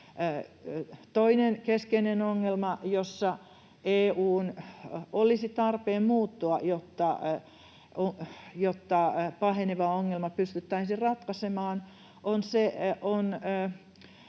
Toinen keskeinen ongelma, jossa EU:n olisi tarpeen muuttua, jotta paheneva ongelma pystyttäisiin ratkaisemaan, on